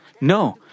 No